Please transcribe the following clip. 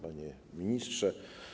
Panie Ministrze!